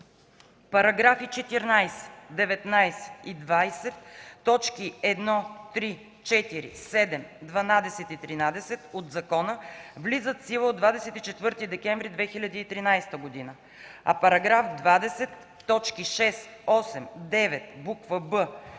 Параграфи 14, 19 и 20, точки 1, 3, 4, 7, 12 и 13 от закона влизат в сила от 24 декември 2013 г., а § 20, точки 6, 8, 9, буква